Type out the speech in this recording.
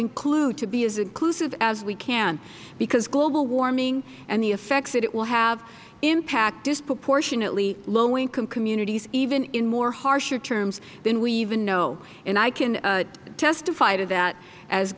try to be as inclusive as we can because global warming and the effects that it will have impact disproportionately low income communities even in more harsher terms than we even know and i can testify to that as